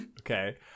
Okay